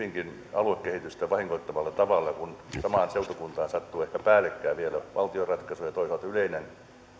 aluekehitystä vahingoittavalla tavalla kun samaan seutukuntaan sattuu ehkä päällekkäin vielä valtion ratkaisuja ja toisaalta yleinen muutos